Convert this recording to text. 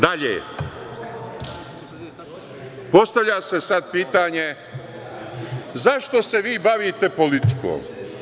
Dalje, postavlja se sada pitanje zašto se vi bavite politikom?